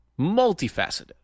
multifaceted